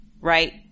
right